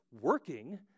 Working